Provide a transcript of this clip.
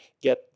get